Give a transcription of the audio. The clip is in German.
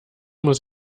muss